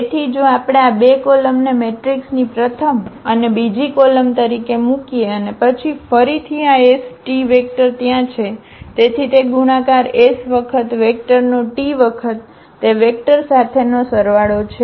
તેથી જો આપણે આ બે કોલમને મેટ્રિક્સની પ્રથમ અને બીજી કોલમ તરીકે મૂકીએ અને પછી ફરીથી આ s t વેક્ટર ત્યાં છે તેથી તે ગુણાકાર એ s વખત વેક્ટર નો t વખત તે વેક્ટર સાથેનો સરવાળો છે